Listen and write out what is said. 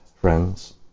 friends